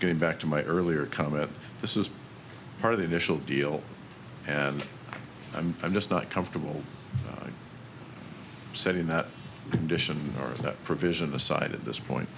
going back to my earlier comment this is part of the initial deal and i'm i'm just not comfortable setting that condition or that provision aside at this point